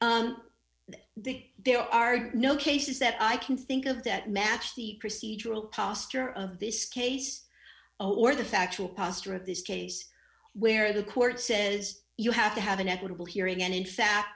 the there are no cases that i can think of that match the procedural posture of this case or the factual posture of this case where the court says you have to have an equitable hearing and in fact